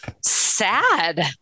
sad